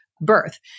birth